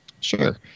Sure